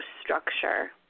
structure